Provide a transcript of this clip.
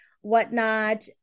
whatnot